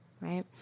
Right